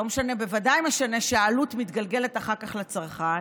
אך בוודאי משנה שהעלות מתגלגלת אחר כך לצרכן.